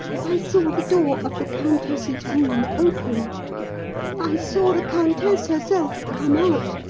i saw the door of the countess's room open i saw the countess herself come out,